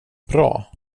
bra